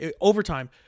overtime